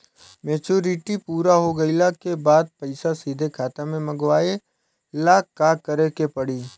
Maturity पूरा हो गइला के बाद पईसा सीधे खाता में मँगवाए ला का करे के पड़ी?